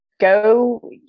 go